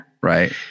Right